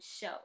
show